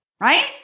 right